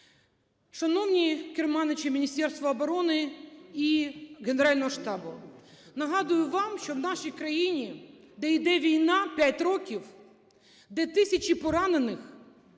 Шановні керманичі Міністерства оборони і Генерального штабу, нагадую вам, що в нашій країні, де йде війна 5 років, де тисячі поранених,